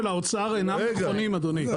האוצר אינם נכונים, אדוני.